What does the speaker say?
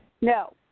no